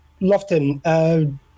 lofton